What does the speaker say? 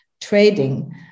trading